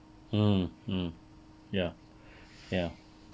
mm mm ya ya